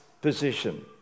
position